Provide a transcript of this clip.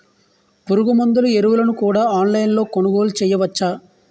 పురుగుమందులు ఎరువులను కూడా ఆన్లైన్ లొ కొనుగోలు చేయవచ్చా?